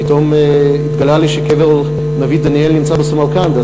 ופתאום התגלה לי שקבר הנביא דניאל נמצא בסמרקנד.